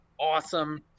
awesome